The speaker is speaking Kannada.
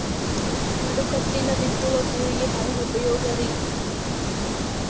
ನಡುಕಟ್ಟಿನ ಬಿತ್ತುವ ಕೂರಿಗೆ ಹೆಂಗ್ ಉಪಯೋಗ ರಿ?